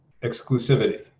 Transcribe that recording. exclusivity